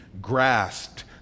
grasped